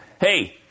hey